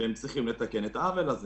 תתקנו את העוול הזה.